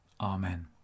Amen